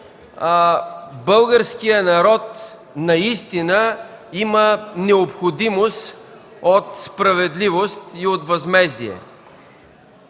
българският народ има необходимост от справедливост и от възмездие.